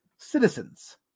Citizens